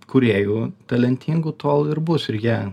kūrėjų talentingų tol ir bus ir jie